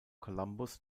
columbus